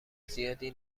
زیادی